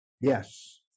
Yes